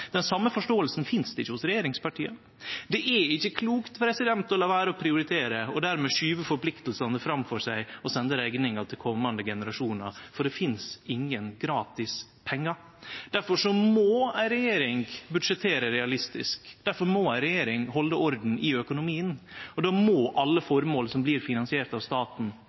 Den same forståinga finst ikkje hos regjeringspartia. Det er ikkje klokt å la vere å prioritere og dermed skyve forpliktingane framfor seg og sende rekninga til komande generasjonar, for det finst ikkje gratis pengar. Difor må ei regjering budsjettere realistisk. Difor må ei regjering halde orden i økonomien. Då må alle føremål som blir finansierte av staten,